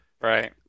Right